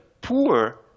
poor